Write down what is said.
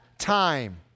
time